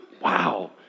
Wow